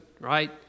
right